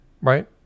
right